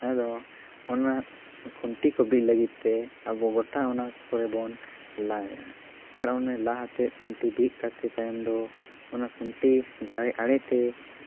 ᱟᱫᱚ ᱚᱱᱟ ᱠᱷᱩᱱᱴᱤ ᱠᱚ ᱵᱤᱫ ᱞᱟᱜᱤᱫ ᱛᱮ ᱟᱵᱚ ᱜᱚᱴᱟ ᱚᱱᱟ ᱠᱚᱨᱮ ᱵᱚᱱ ᱞᱟᱭᱟ ᱟᱨ ᱚᱱᱟ ᱞᱟ ᱟᱛᱮ ᱠᱷᱩᱱᱴᱤ ᱵᱤᱫ ᱠᱟᱛᱮ ᱛᱟᱭᱚᱢ ᱫᱚ ᱚᱱᱟ ᱠᱷᱩᱱᱴᱤ ᱫᱷᱟᱨᱮ ᱟᱲᱮᱛᱮ